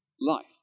life